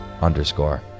underscore